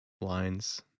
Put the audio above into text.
lines